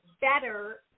better